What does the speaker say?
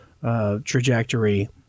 Trajectory